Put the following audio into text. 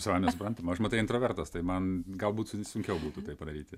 savaime suprantama aš matai intravertas tai man galbūt su sunkiau būtų tai padaryti